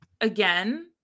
again